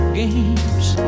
games